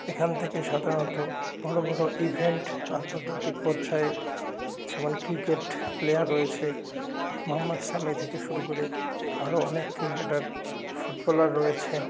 এখান থেকে সাধারণত বড় বড় ইভেন্ট আন্তর্জাতিক পর্যায়ে যেমন ক্রিকেট প্লেয়ার রয়েছে মহম্মদ সামি থেকে শুরু করে আরও অনেক ক্রিকেটার ফুটবলার রয়েছে